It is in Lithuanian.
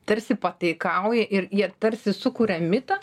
tarsi pataikauja ir jie tarsi sukuria mitą